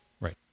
Right